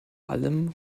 allem